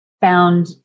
found